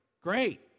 Great